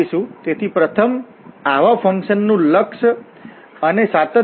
તેથી પ્રથમ આવાફંકશન નું લક્ષ અને સાતત્ય